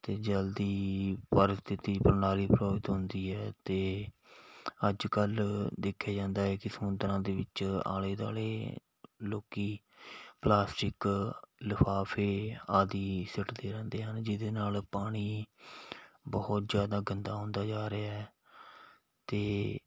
ਅਤੇ ਜਲ ਦੀ ਪ੍ਰਸਥਿਤੀ ਪ੍ਰਣਾਲੀ ਪ੍ਰਭਾਵਿਤ ਹੁੰਦੀ ਹੈ ਅਤੇ ਅੱਜ ਕੱਲ੍ਹ ਦੇਖਿਆ ਜਾਂਦਾ ਹੈ ਕਿ ਸਮੁੰਦਰਾਂ ਦੇ ਵਿੱਚ ਆਲੇ ਦੁਆਲੇ ਲੋਕ ਪਲਾਸਟਿਕ ਲਿਫਾਫੇ ਆਦਿ ਸਿੱਟਦੇ ਰਹਿੰਦੇ ਹਨ ਜਿਹਦੇ ਨਾਲ ਪਾਣੀ ਬਹੁਤ ਜ਼ਿਆਦਾ ਗੰਦਾ ਹੁੰਦਾ ਜਾ ਰਿਹਾ ਅਤੇ